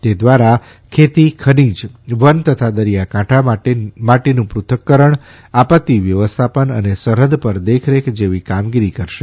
તે દ્વારા ખેતી ખનીજ વન તથા દરિયાકાંઠા માટીનું પૃથ્થકરણ આપત્તિ વ્યવસ્થાપન અને સરહદ પર દેખરેખ જેવી કામગીરી કરશે